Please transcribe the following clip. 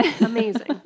Amazing